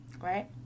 right